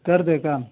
कर दे का